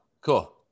cool